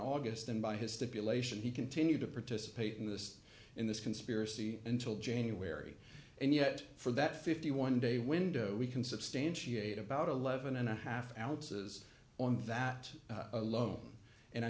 august and by his stipulation he continued to participate in this in this conspiracy until january and yet for that fifty one day window we can substantiate about eleven and a half ounces on that alone and i